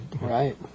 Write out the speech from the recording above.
Right